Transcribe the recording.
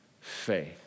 faith